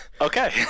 okay